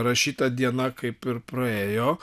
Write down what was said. rašyta diena kaip ir praėjo